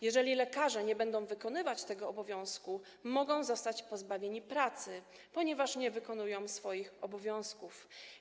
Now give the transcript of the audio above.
Jeżeli lekarze nie będą wykonywać tego obowiązku, mogą zostać pozbawieni pracy, ponieważ nie wykonują swoich obowiązków.